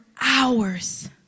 hours